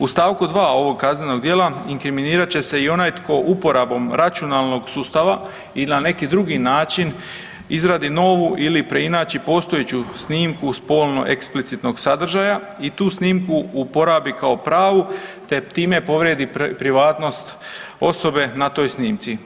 U st. 2. ovog kaznenog djela inkriminirat će se i onaj tko uporabom računalnog sustava i na neki drugi način izradi novu ili preinači postojeću snimku spolno eksplicitnog sadržaja i tu snimku uporabi kao pravu te time povrijedi privatnost osobe na toj snimci.